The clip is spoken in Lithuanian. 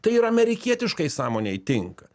tai ir amerikietiškai sąmonei tinka